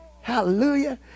Hallelujah